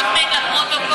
אחמד, אחמד, לפרוטוקול.